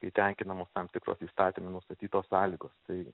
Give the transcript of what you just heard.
kai tenkinamos tam tikros įstatyme nustatytos sąlygos tai